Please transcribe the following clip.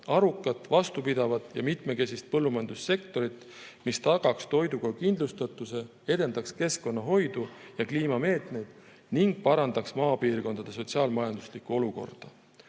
arukat, vastupidavat ja mitmekesist põllumajandussektorit, mis tagaks toiduga kindlustatuse, edendaks keskkonnahoidu ja kliimameetmeid ning parandaks maapiirkondade sotsiaal-majanduslikku olukorda. Olulisel